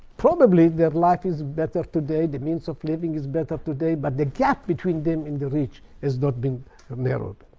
probably their life is better today. the means of living is better today. but the gap between them and the rich has not been narrowed.